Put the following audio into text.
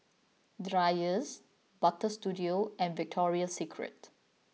Dreyers Butter Studio and Victoria Secret